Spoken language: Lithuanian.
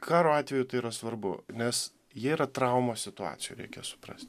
karo atveju tai yra svarbu nes jie yra traumos situacijoj reikia supras